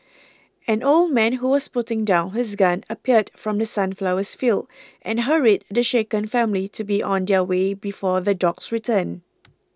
an old man who was putting down his gun appeared from The Sunflowers fields and hurried the shaken family to be on their way before the dogs return